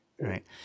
right